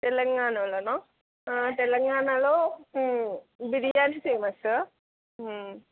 తెలంగాణలో తెలంగాణాలో బిర్యానీ ఫేమస్